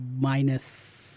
minus